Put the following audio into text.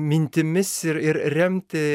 mintimis ir ir remti